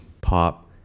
pop